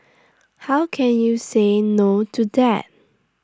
how can you say no to that